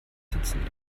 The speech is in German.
sitzen